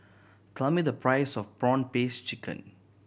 tell me the price of prawn paste chicken